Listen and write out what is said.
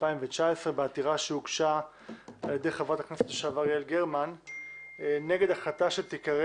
בעתירה שהוגשה על ידי חברת הכנסת לשעבר יעל גרמן נגד החלטה שנקרא